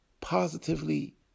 positively